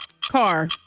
car